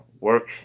work